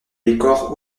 décors